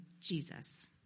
Jesus